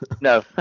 No